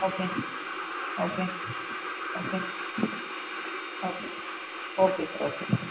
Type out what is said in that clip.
okay okay okay okay okay sir okay